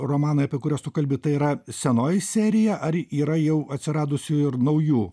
romanai apie kuriuos tu kalbi tai yra senoji serija ar yra jau atsiradusių ir naujų